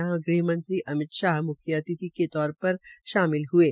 यहां गृहमंत्री अमित शाह मुख्य अतिथि के तौर पर शामिल हये